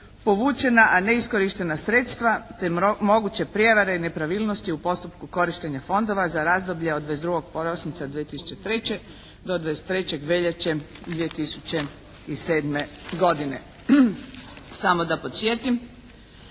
povučena, a neiskorištena sredstva, te moguće prijevare i nepravilnosti u postupku korištenja fondova za razdoblje od 22. prosinca 2003. do 23. veljače 2007. godine. Samo da podsjetim